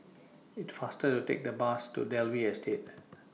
IT faster A Take The Bus to Dalvey Estate